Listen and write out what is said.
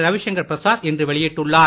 ரவிசங்கர் பிரசாத் இன்று வெளியிட்டுள்ளார்